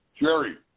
Jerry